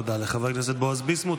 תודה לחבר הכנסת בועז ביסמוט.